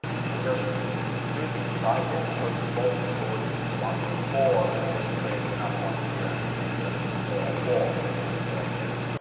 you can just do it inside this, so both include in the one thing, or you just create another one here and you make sure that it's all instead of any.